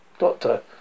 Doctor